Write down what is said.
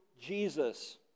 Jesus